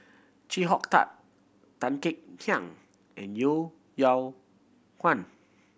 Chee Tat Tan Kek Hiang and Yeo Yeow Kwang